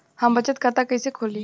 हम बचत खाता कइसे खोलीं?